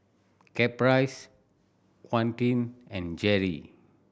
Caprice Quentin and Jerry